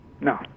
No